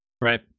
Right